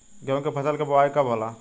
गेहूं के फसल के बोआई कब होला?